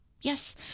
Yes